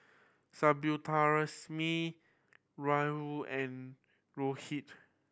Subbulakshmi Rahul and Rohit